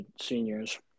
seniors